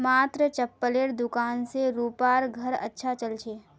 मात्र चप्पलेर दुकान स रूपार घर अच्छा चल छ